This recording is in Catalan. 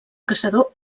caçador